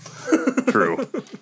True